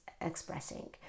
expressing